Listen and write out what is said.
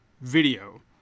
video